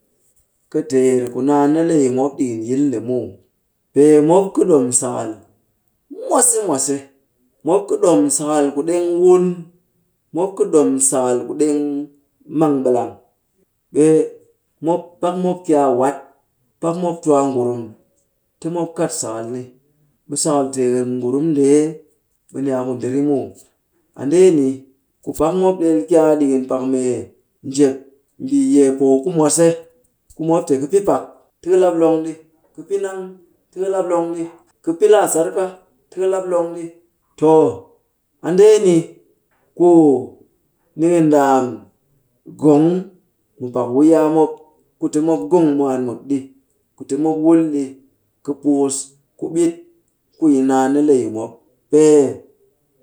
Kɨ teer ku naan ni le yi mop ɗikin yil nde muw. Pee mop kɨ ɗom sakal mwase mwase. Mop kɨ ɗom sakal ku ɗeng wun. Mop kɨ ɗom sakal ku ɗeng mang ɓilang. Ɓe mop, pak mop kia a wat, pak mop twa a ngurum ti mop kat sakal ni. Ɓe sakal tekem ngurum ndee, ɓe ni a ku ndirih muw. A ndeeni, ku pak mop ɗel tyaat ɗikin pak mee njep mbii yeepoo ku mwase ku mop te ka pɨ pak ti ka lap long ɗi. Ka pɨ nang, ti ka lap long ɗi. Ka pɨ laa sar ka, ti ka lap long ɗi. Tooh, a ndeeni ku ni kɨ ndaam gong mu pak wuyaa mop ku ti mop gong mwaan mut ɗi, ku ti mop wul di kɨ puus, ku ɓit ku yi naan ni le yi mop. Pee